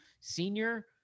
senior